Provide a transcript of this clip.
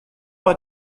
war